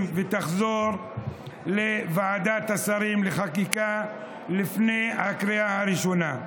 ותחזור לוועדת השרים לחקיקה לפני הקריאה הראשונה.